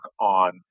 on